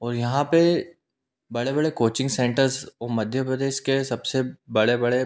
और यहाँ पर बड़े बड़े कोचिंग सेंटर्स और मध्य प्रदेश के सब से बड़े बड़े